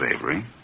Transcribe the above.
Avery